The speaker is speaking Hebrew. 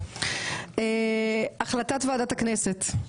החלטת ועדת הכנסת: